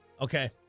Okay